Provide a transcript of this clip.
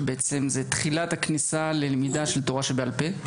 שבעצם זו תחילת הכניסה ללמידה של תורה שבעל-פה.